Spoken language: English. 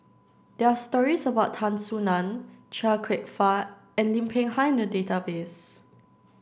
there are stories about Tan Soo Nan Chia Kwek Fah and Lim Peng Han in the database